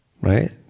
right